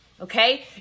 okay